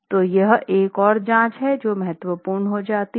तो यह एक और जाँच है जो महत्वपूर्ण हो जाती है